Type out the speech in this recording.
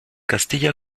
castilla